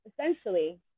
essentially